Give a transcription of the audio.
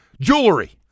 jewelry